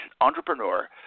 entrepreneur